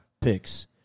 picks